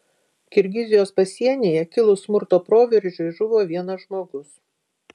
kirgizijos pasienyje kilus smurto proveržiui žuvo vienas žmogus